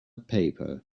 paper